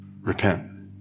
Repent